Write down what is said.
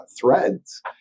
threads